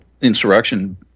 insurrection